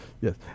Yes